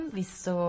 visto